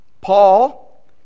Paul